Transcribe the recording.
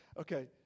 Okay